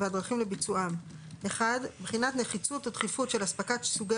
והדרכים לביצועם: (1)בחינת נחיצות ודחיפות של אספקת סוגי